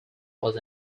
was